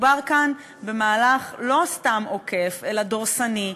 מדובר כאן במהלך לא סתם עוקף אלא דורסני,